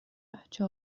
بچه